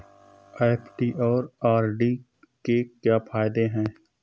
FD और RD के क्या फायदे हैं?